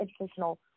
educational